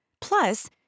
Plus